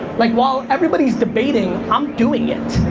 like while everybody's debating, i'm doing it.